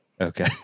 Okay